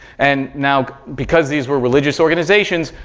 and now, because these were religious organizations,